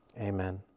Amen